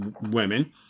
women